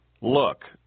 look